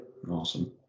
Awesome